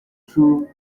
true